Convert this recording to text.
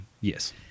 Yes